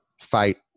fight